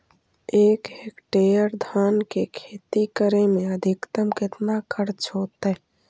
एक हेक्टेयर धान के खेती करे में अधिकतम केतना खर्चा होतइ?